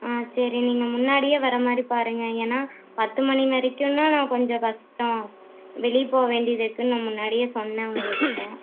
ஆ சரி நீங்கள் முன்னாடியே வர்ற மாதிரி பாருங்க ஏன்னால் பத்து மணி வரைக்குன்னா நான் கொஞ்சம் கஷ்டம் வெளியே போக வேண்டியது இருக்குது நான் முன்னாடியே சொன்னேன் உங்களுக்குகிட்ட